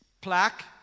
plaque